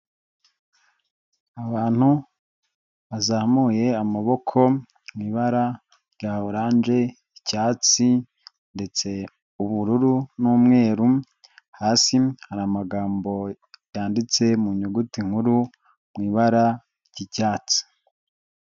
Abantu bazamuye amaboko mu ibara rya oranje, icyatsi ndetse ubururu n'umweru hasi hari amagambo yanditse mu nyuguti nkuru mu ibara ry'icyatsi.